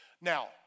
Now